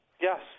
Yes